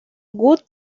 good